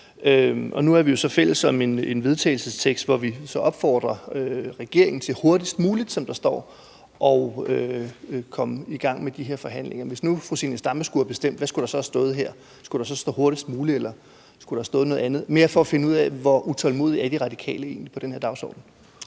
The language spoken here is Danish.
Nu er vi jo så fælles om et forslag til vedtagelse, hvor vi opfordrer regeringen til, som der står, hurtigst muligt at komme i gang med de her forhandlinger. Hvis nu fru Zenia Stampe skulle have bestemt, hvad skulle der så have stået? Skulle der stå hurtigst muligt, eller skulle der have stået noget andet? Det er mere for at få at vide, hvor utålmodige De Radikale egentlig er